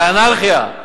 זה אנרכיה.